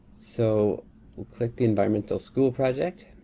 so click the environmental school project.